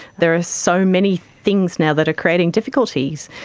there are so many things now that are creating difficulties.